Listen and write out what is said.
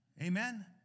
Amen